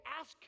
ask